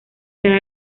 cada